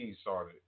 started